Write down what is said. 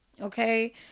Okay